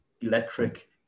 electric